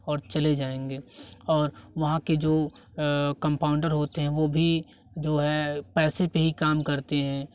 और चले जाएँगे और वहाँ के जो कंपाउंडर होते हैं वो भी जो है पैसे पर ही काम करते हैं